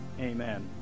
Amen